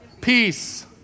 Peace